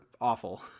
awful